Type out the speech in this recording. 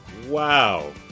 Wow